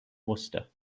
worcester